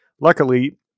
Luckily